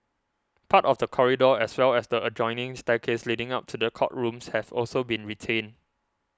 part of the corridor as well as the adjoining staircase leading up to the courtrooms have also been retained